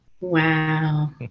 wow